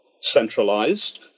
centralized